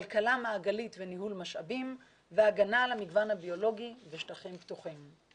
כלכלה מעגלית וניהול משאבים והגנה על המגוון הביולוגי ושטחים פתוחים.